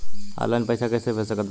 Online पैसा कैसे भेज सकत बानी?